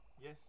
Yes